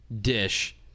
dish